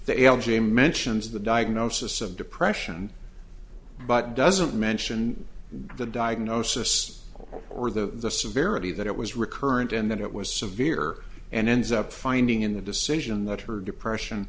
that l j mentions the diagnosis of depression but doesn't mention the diagnosis or the severity that it was recurrent and that it was severe and ends up finding in the decision that her depression